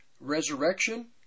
resurrection